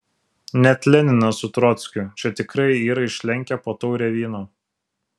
net leninas su trockiu čia tikrai yra išlenkę po taurę vyno